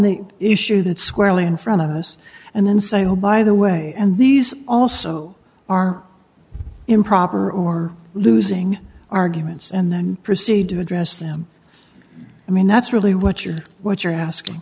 the issue that squarely in front of us and then say oh by the way and these also are improper or losing arguments and then proceed to address them i mean that's really what you're what you're